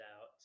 out